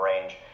range